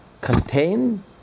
contain